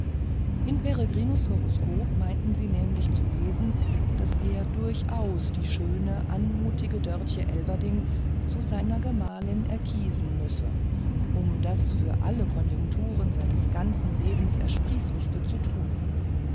in peregrinus horoskop meinten sie nämlich zu lesen daß er durchaus die schöne anmutige dörtje elverdink zu seiner gemahlin erkiesen müsse um das für alle konjunkturen seines ganzen lebens ersprießlichste zu tun